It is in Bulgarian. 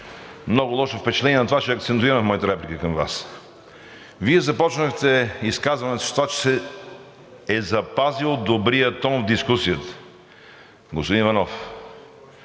много лошо впечатление, на това ще акцентирам моята реплика към Вас. Вие започнахте изказването си с това, че се е запазил добрият тон в дискусията. Господин Иванов,